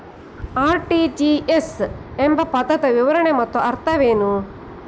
RTGS ಎಂಬ ಪದದ ವಿವರಣೆ ಮತ್ತು ಅರ್ಥವೇನು?